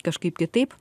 kažkaip kitaip